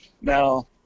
Now